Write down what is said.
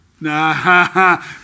Nah